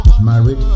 married